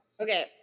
Okay